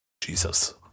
Jesus